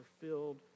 filled